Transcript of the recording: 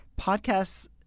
podcasts